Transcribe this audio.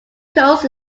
coast